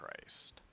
Christ